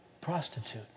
prostitute